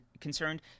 concerned